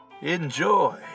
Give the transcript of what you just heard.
Enjoy